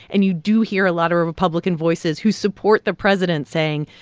and you do hear a lot of republican voices who support the president saying,